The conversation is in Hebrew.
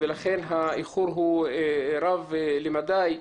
והאיחור הוא רב בוודאי.